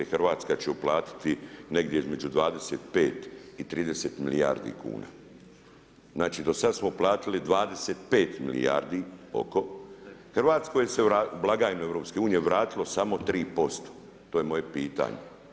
Hrvatska će uplatiti negdje između 25 i 30 milijardi kuna, znači do sad smo platili 25 milijardi, oko, Hrvatskoj se od blagajne EU vratilo samo 3%, to je moje pitanje.